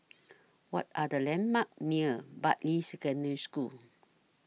What Are The landmarks near Bartley Secondary School